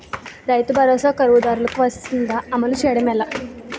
రైతు భరోసా కవులుదారులకు వర్తిస్తుందా? అమలు చేయడం ఎలా